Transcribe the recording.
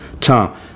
Tom